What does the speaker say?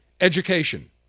education